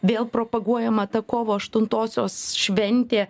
vėl propaguojama ta kovo aštuntosios šventė